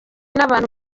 nabantu